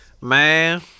Man